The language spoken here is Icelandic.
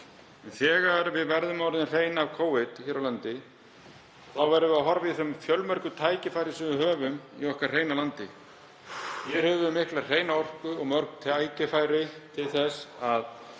þegar við verðum orðin hrein af Covid hér á landi verðum við að horfa á þau fjölmörgu tækifæri sem við höfum í okkar hreina landi. Hér höfum við mikla hreina orku og mörg tækifæri til þess að